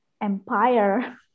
empire